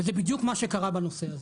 וזה בדיוק מה שקרה בנושא הזה.